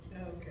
okay